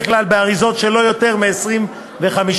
כלל באריזות של לא יותר מ-25 קילוגרם.